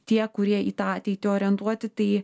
tie kurie į tą ateitį orientuoti tai